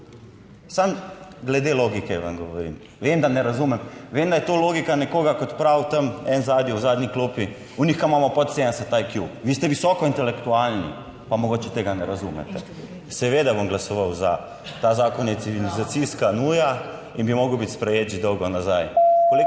Samo glede logike vam govorim. Vem, da ne razumem, vem, da je to logika nekoga, kot pravi tam en zadnji, v zadnji klopi, v njih imamo pod 70 IQ. Vi ste visoko intelektualni, pa mogoče tega ne razumete. Seveda bom glasoval za. Ta zakon je civilizacijska nuja in bi moral biti sprejet že dolgo nazaj.